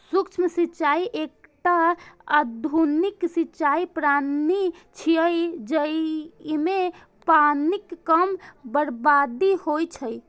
सूक्ष्म सिंचाइ एकटा आधुनिक सिंचाइ प्रणाली छियै, जइमे पानिक कम बर्बादी होइ छै